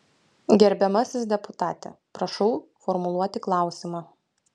gerbiamasis deputate prašau formuluoti klausimą